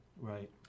Right